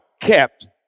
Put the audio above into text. kept